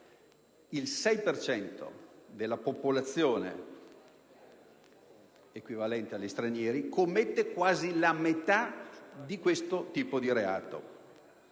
cento della popolazione, è questa la quota degli stranieri, commette quasi la metà di questo tipo di reato.